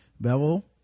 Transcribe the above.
Bevel